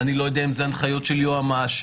אם זה הנחיות של יועמ"ש,